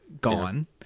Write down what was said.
Gone